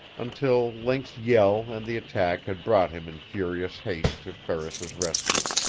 until link's yell and the attack had brought him in furious haste to ferris's rescue.